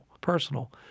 personal